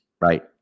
right